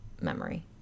memory